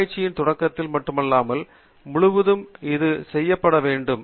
ஆராய்ச்சியின் தொடக்கத்தில் மட்டுமல்லாமல் முழுவதும் இது செய்யப்பட வேண்டும்